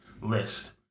list